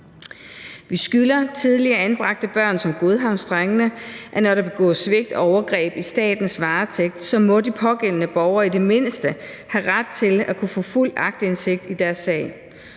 Vi skylder tidligere anbragte børn som godhavnsdrengene, at når der begås svigt og overgreb i statens varetægt, må de pågældende borgere i det mindste have ret til at kunne få fuld aktindsigt i deres sag.